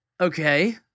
Okay